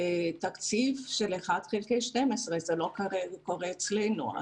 תקציב של 1/12. זה לא קורה אצלנו.